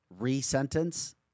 resentence